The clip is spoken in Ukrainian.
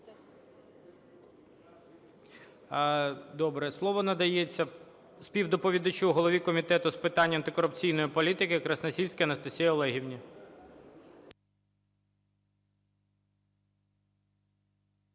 Добре. Слово надається співдоповідачу голові Комітету з питань антикорупційної політики Красносільській Анастасії Олегівні.